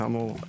כאמור,